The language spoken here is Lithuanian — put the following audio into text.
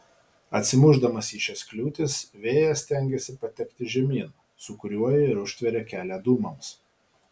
atsimušdamas į šias kliūtis vėjas stengiasi patekti žemyn sūkuriuoja ir užtveria kelią dūmams